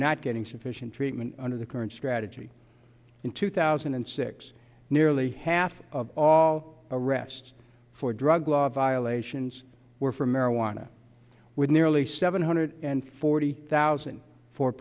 not getting sufficient treatment under the current strategy in two thousand and six nearly half of all arrests for drug law violations were for marijuana with nearly seven hundred and forty thousand fo